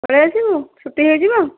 ପଳେଇଆସିବୁ ଛୁଟି ହୋଇଯିବ